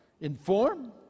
Inform